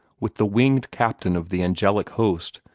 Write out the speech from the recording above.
with the winged captain of the angelic host,